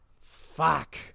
Fuck